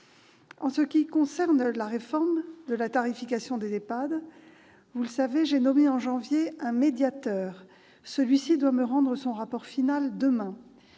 En ce qui concerne la réforme de la tarification des EHPAD, vous le savez, j'ai nommé en janvier un médiateur. Celui-ci doit me rendre son rapport final demain.